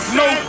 no